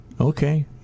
okay